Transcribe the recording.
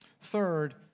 Third